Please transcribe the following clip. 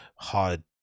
hard